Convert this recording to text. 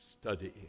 study